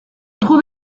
trouve